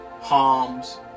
harm's